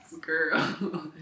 Girl